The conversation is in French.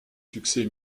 succès